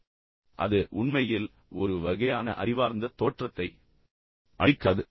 எனவே பின்னர் அது உண்மையில் ஒரு வகையான அறிவார்ந்த தோற்றத்தை அளிக்காது